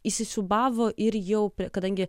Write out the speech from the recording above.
įsisiūbavo ir jau kadangi